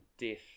death